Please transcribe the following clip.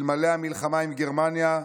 אלמלא המלחמה עם גרמניה,